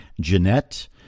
Jeanette